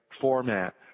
format